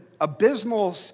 abysmal